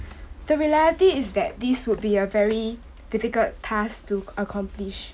the reality is that this would be a very difficult task to accomplish